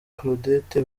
claudette